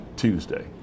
Tuesday